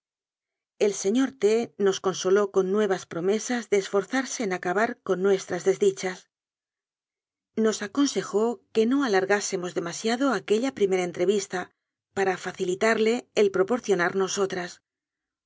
el señor t nos consoló con nuevas promesas de esforzarse en acabar con nuestras desdichas nos aconsejó que no alargásemos demasiado aquella primera entrevista para facilitarle el proporcio